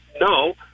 No